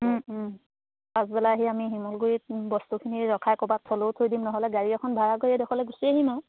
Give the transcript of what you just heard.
পাছবেলা আহি আমি শিমলগুৰিত বস্তুখিনি ৰখাই ক'বাত থলও থৈ দিম নহ'লে গাড়ী এখন ভাড়া কৰি এইডোখলে গুচি আহিম আৰু